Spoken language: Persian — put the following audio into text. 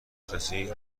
شناسی